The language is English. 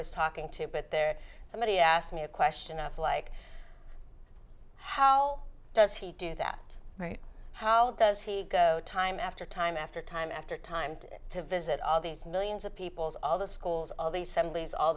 was talking to but somebody asked me a question of like how does he do that right how does he go time after time after time after time to visit all these millions of peoples all the schools all the se